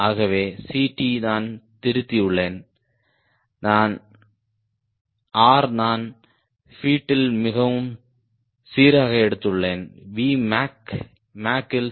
ஆகவே Ct நான் திருத்தியுள்ளேன் R நான் பீட்ல் மிகவும் சீராக எடுத்துள்ளேன் V மேக் இல் 0